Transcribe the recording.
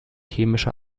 chemische